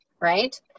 right